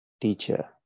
teacher